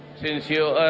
since you are